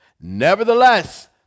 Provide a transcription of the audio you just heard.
Nevertheless